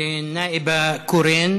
א-נאאבה קורן.